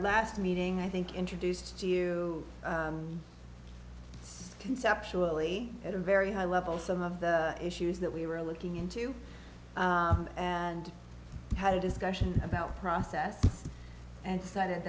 last meeting i think introduced you conceptually at a very high level some of the issues that we were looking into and had a discussion about process and